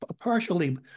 partially